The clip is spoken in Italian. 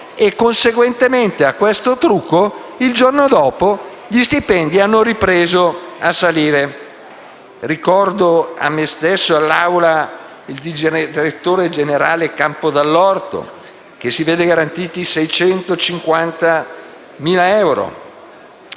conseguentemente a questo trucco, il giorno dopo gli stipendi hanno ripreso a salire. Ricordo a me stesso e all'Assemblea il direttore generale Campo Dall'Orto, che si vede garantiti 650.000 euro